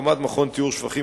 מכון טיהור שיטפל בשופכי